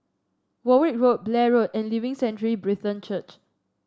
Warwick Road Blair Road and Living Sanctuary Brethren Church